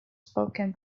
spoken